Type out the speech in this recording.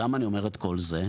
למה אני אומר את כל זה?